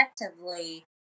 effectively